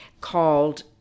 called